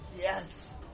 Yes